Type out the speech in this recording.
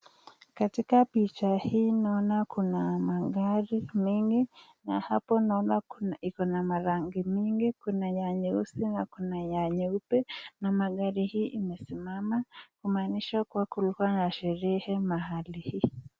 Katika picha hii naona Kuna magari mengi na hapo naona Kuna ya rangi mingi . Kuna ya nyeusi na Kuna ya nyeupe . Na magari hii imesimama kumaanisha kuwa kulikuwa na sherehe mahali.